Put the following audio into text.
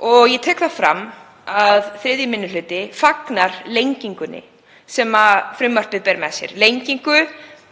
lög. Ég tek fram að 3. minni hluti fagnar lengingunni sem frumvarpið ber með sér, lengingu